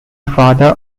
father